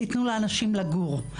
תתנו לאנשים לגור,